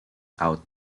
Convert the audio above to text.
out